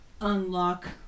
unlock